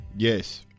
Yes